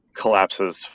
collapses